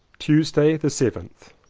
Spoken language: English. tuesday the seventh.